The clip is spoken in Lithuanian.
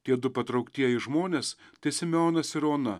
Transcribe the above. tiedu patrauktieji žmonės tai simeonas ir ona